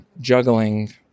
juggling